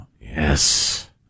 Yes